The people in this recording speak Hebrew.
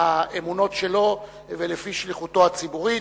על-פי האמונות שלו ולפי שליחותו הציבורית.